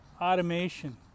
automation